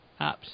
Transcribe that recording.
apps